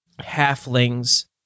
halflings